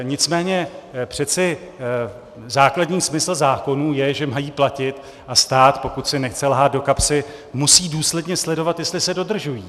Nicméně přeci základní smysl zákonů je, že mají platit, a stát, pokud si nechce lhát do kapsy, musí důsledně sledovat, jestli se dodržují.